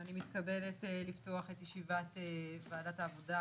אני מתכבדת לפתוח את ישיבת ועדת העבודה,